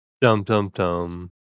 Dum-dum-dum